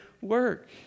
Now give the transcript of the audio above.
work